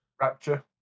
Rapture